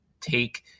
take